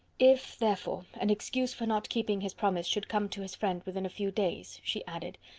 if, therefore, an excuse for not keeping his promise should come to his friend within a few days, she added,